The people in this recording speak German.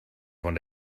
von